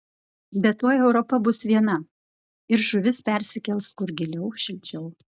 bet tuoj europa bus viena ir žuvis persikels kur giliau šilčiau